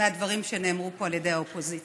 מהדברים שנאמרו פה על ידי האופוזיציה,